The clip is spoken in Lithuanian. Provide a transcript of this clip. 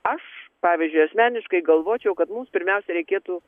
aš pavyzdžiui asmeniškai galvočiau kad mums pirmiausia reikėtų